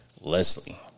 Leslie